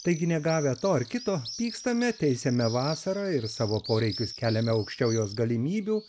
taigi negavę to ar kito pykstame teisiame vasarą ir savo poreikius keliame aukščiau jos galimybių